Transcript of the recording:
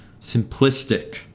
simplistic